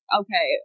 okay